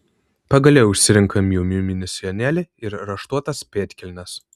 pagaliau išsirenka miu miu mini sijonėlį ir raštuotas pėdkelnes